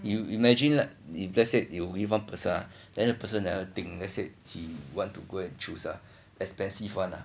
you imagine lah if let's say you give one person then the person never think then say he want to go and choose ah expensive one ah